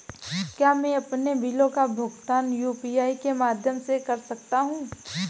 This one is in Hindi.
क्या मैं अपने बिलों का भुगतान यू.पी.आई के माध्यम से कर सकता हूँ?